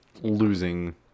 losing